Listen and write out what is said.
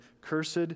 Cursed